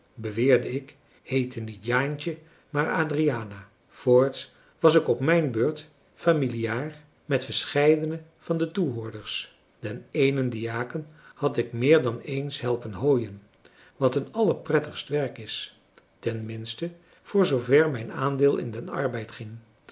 beweerde ik heette niet jaantje maar adriana voorts was ik op mijn beurt familiaar met verscheiden van de toehoorders den eenen diaken had ik meer dan eens helpen hooien wat een allerprettigst werk is ten minste voor zoover mijn aandeel in den arbeid ging